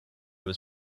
was